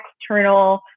external